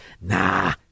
Nah